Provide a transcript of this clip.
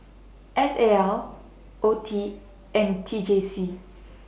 S A L OETI and T J C